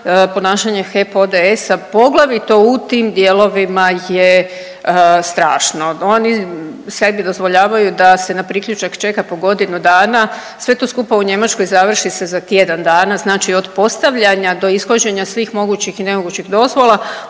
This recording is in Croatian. Ponašanje HEP ODS-a poglavito u tim dijelovima je strašno. Oni sebi dozvoljavaju da se na priključak čeka po godinu dana, sve to skupa u Njemačkoj završi se za tjedan dana znači od postavljanja do izvođenja svih mogućih i nemogućih dozvola.